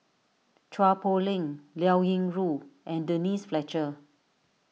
Chua Poh Leng Liao Yingru and Denise Fletcher